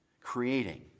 creating